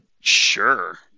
sure